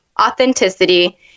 authenticity